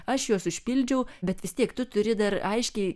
aš juos užpildžiau bet vis tiek tu turi dar aiškiai